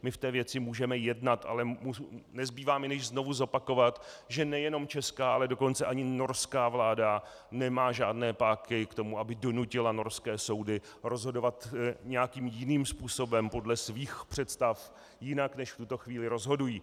My v té věci můžeme jednat, ale nezbývá mi, než znovu zopakovat, že nejenom česká, ale dokonce ani norská vláda nemá žádné páky k tomu, aby donutila norské soudy rozhodovat nějakým jiným způsobem, podle svých představ, jinak, než v tuto chvíli rozhodují.